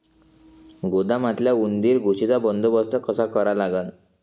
गोदामातल्या उंदीर, घुशीचा बंदोबस्त कसा करा लागन?